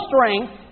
strength